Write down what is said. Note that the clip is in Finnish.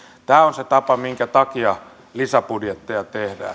tämä on se tapa minkä takia lisäbudjetteja tehdään meillä